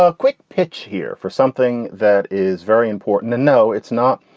ah quick pitch here for something that is very important. and no, it's not.